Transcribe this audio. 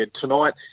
tonight